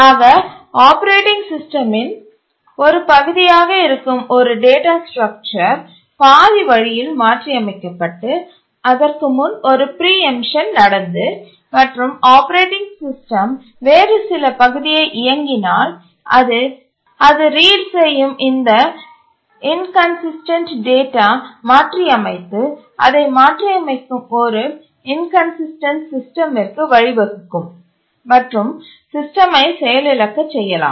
ஆக ஆப்பரேட்டிங் சிஸ்டமின் ஒரு பகுதியாக இருக்கும் ஒரு டேட்டா ஸ்ட்ரக்சர் பாதி வழியில் மாற்றியமைக்கப்பட்டு அதற்கு முன் ஒரு பிரீஎம்ட்ஷன் நடந்து மற்றும் ஆப்பரேட்டிங் சிஸ்டம் வேறு சில பகுதியை இயங்கினால் அது ரீட் செய்யும் இந்த இன்கன்சிஸ்டன்ட் டேட்டாவை மாற்றியமைத்து அதை மாற்றியமைக்கும் ஒரு இன்கன்சிஸ்டன்ட் சிஸ்டமிற்கு வழிவகுக்கும் மற்றும் சிஸ்டமை செயலிழக்கச் செய்யலாம்